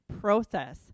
process